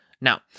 Now